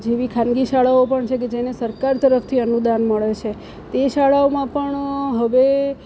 જેવી ખાનગી શાળાઓ પણ છે કે જેને સરકાર તરફથી અનુદાન મળે છે તે શાળાઓમાં પણ હવે